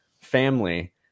family